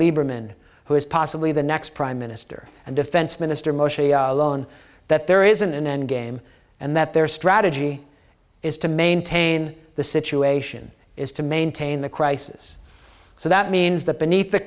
lieberman who is possibly the next prime minister and defense minister moshe ya'alon that there isn't an end game and that their strategy is to maintain the situation is to maintain the crisis so that means th